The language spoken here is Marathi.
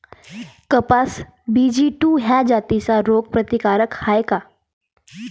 कपास बी.जी टू ह्या जाती रोग प्रतिकारक हाये का?